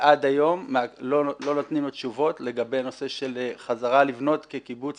עד היום לא נותנים לו תשובות לגבי נושא של חזרה לבנות כקיבוץ